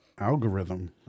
Algorithm